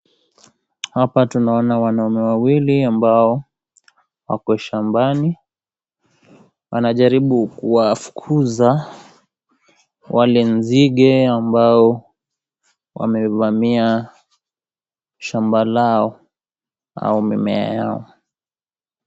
Hapa tunaona wanaume wawili ambao wako shambani, wanajaribu kuwafukuza wale nzige ambao wamevamia shamba lao au mimea yao.